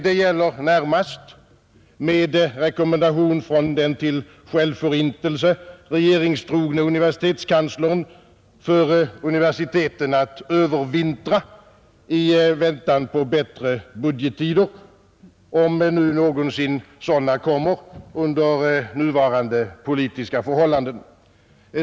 Det gäller närmast, enligt rekommendation från den till självförintelse regeringstrogne universitetskanslern, för universiteten att övervintra i väntan på bättre budgettider, om nu någonsin sådana kommer under nuvarande politiska förhållanden.